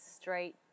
straight